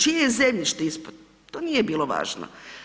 Čije je zemljište ispod, to nije bilo važno.